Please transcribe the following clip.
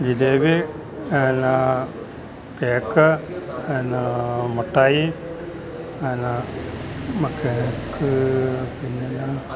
ജിലേബി പിന്നെ കേക്ക് പിന്നെ മിഠായി പിന്നെ കേക്ക് പിന്നെന്നാ